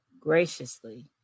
graciously